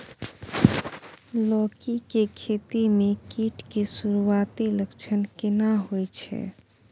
लौकी के खेती मे कीट के सुरूआती लक्षण केना होय छै?